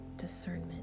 discernment